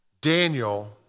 Daniel